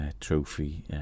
trophy